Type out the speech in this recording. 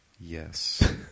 Yes